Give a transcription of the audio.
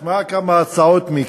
תשמע כמה הצעות, מיקי.